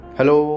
Hello